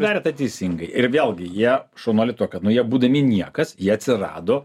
darė teisingai ir vėlgi jie šaunuoliai tuo kad nu jie būdami niekas jie atsirado